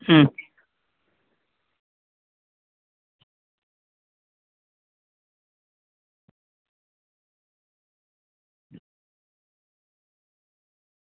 હમ